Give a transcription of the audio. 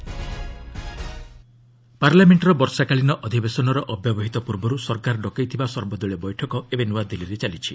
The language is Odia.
ଅଲ୍ ପାର୍ଟି ମିଟ୍ ପାର୍ଲାମେଣ୍ଟର ବର୍ଷାକାଳୀନ ଅଧିବେଶନର ଅବ୍ୟବହିତ ପୂର୍ବରୁ ସରକାର ଡକାଇଥିବା ସର୍ବଦଳୀୟ ବୈଠକ ଏବେ ନ୍ତଆଦିଲ୍ଲୀରେ ଚାଲିଛି